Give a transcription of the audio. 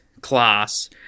class